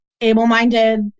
able-minded